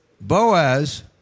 Boaz